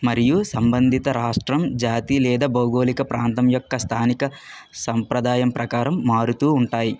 మరియు సంబంధిత రాష్ట్రం జాతి లేదా భౌగోళిక ప్రాంతం యొక్క స్థానిక సంప్రదాయం ప్రకారం మారుతూ ఉంటాయి